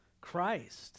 Christ